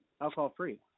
alcohol-free